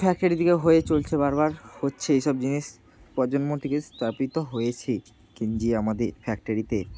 factory থেকে হয়ে চলছে বারবার হচ্ছে এই সব জিনিস প্রজন্ম থেকে স্থাপিত হয়েছেই গেঞ্জি আমাদের ফ্যাক্টরিতে